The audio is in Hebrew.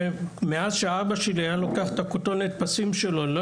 מאז שאבא שלי היה לוקח את כתונת הפסים שלו ועבר בבית ספר.